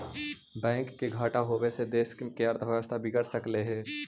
bank के घाटा होबे से देश के अर्थव्यवस्था बिगड़ सकलई हे